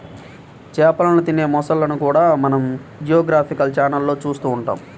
చేపలను తినే మొసళ్ళను కూడా మనం జియోగ్రాఫికల్ ఛానళ్లలో చూస్తూ ఉంటాం